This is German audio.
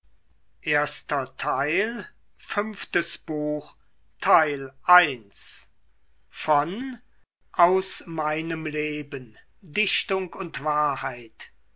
goethe aus meinem leben dichtung und wahrheit